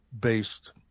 based